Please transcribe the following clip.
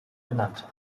benannt